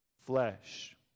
flesh